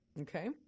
Okay